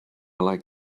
like